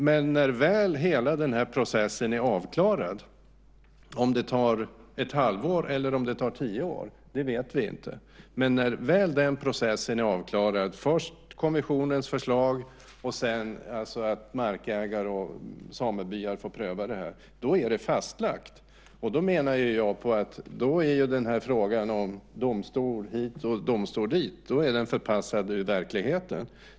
Men när väl hela den här processen är avklarad, först kommissionens förslag och sedan att markägare och samebyar får pröva det här - om det tar ett halvår eller tio år vet vi inte - då är det fastlagt, och då menar jag att frågan om domstol hit och domstol dit är förpassad ur verkligheten.